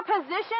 position